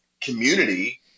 community